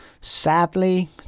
Sadly